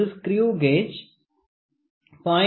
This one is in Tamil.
ஒரு ஸ்கிரிவ் கேஜ் 0